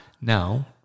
now